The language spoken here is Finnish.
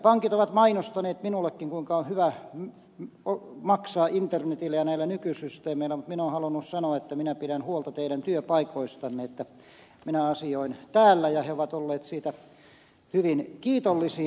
pankit ovat mainostaneet minullekin kuinka on hyvä maksaa internetillä ja näillä nykysysteemeillä mutta minä olen halunnut sanoa että minä pidän huolta teidän työpaikoistanne että minä asioin täällä ja he ovat olleet siitä hyvin kiitollisia